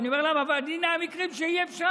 אני אומר להם: אבל הינה המקרים שאי-אפשר,